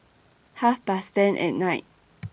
Half Past ten At Night